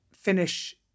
finish